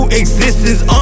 existence